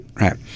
Right